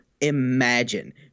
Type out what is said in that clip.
imagine